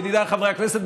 ידידיי חברי הכנסת,